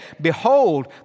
Behold